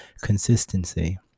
consistency